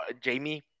Jamie